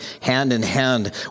hand-in-hand